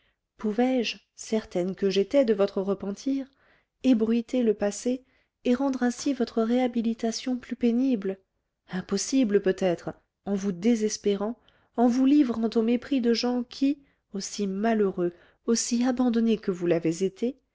pouvais-je certaine que j'étais de votre repentir ébruiter le passé et rendre ainsi votre réhabilitation plus pénible impossible peut-être en vous désespérant en vous livrant au mépris de gens qui aussi malheureux aussi abandonnés que vous l'avez été